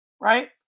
Right